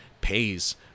pays